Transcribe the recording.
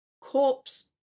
corpse